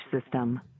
system